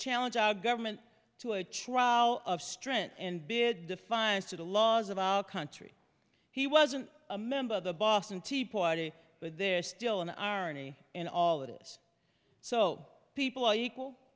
challenge our government to a trial of strength and bid defiance to the laws of our country he wasn't a member of the boston tea party but they're still an irony in all of this so people are equal